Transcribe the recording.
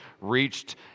reached